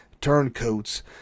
turncoats